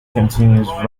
continues